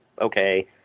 okay